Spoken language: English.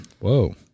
Whoa